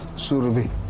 surbhi.